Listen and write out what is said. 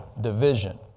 division